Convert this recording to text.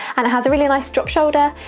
and it has a really nice drop shoulder,